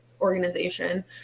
organization